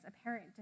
apparent